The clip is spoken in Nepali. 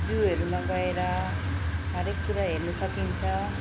जूहरूमा गएर हरेक कुरा हेर्नु सकिन्छ